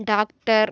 doctor